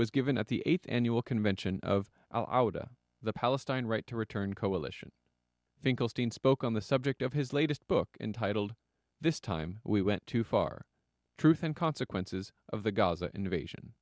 was given at the eighth annual convention of outta the palestine right to return coalition finkelstein spoke on the subject of his latest book entitled this time we went too far truth and consequences of the gaza invasion